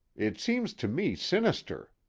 it seems to me sinister.